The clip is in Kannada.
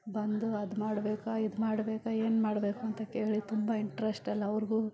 ಬಂದು ಅದು ಮಾಡ್ಬೇಕಾ ಇದು ಮಾಡ್ಬೇಕಾ ಏನು ಮಾಡಬೇಕು ಅಂತ ಕೇಳಿ ತುಂಬ ಇಂಟ್ರೆಸ್ಟಲ್ಲಿ ಅವ್ರಿಗೂ